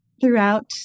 throughout